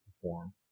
perform